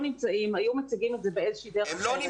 נמצאים פה הם היו מציגים את זה באיזושהי דרך אחרת.